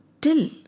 Till